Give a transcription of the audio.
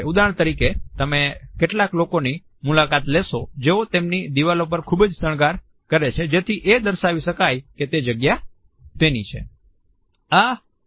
ઉદાહરણ તરીકે તમે કેટલાક લોકોની મુલાકાત લેશો જેઓ તેમની દિવાલો પર ખૂબ જ શણગાર કરે છે જેથી એ દર્શાવી શકાય કે તે જગ્યા તેની છે